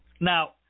Now